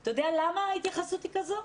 אתה יודע למה ההתייחסות היא כזו?